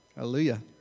Hallelujah